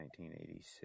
1986